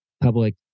public